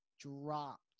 dropped